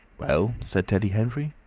well? said teddy henfrey.